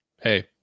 hey